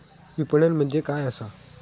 विपणन म्हणजे काय असा?